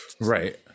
right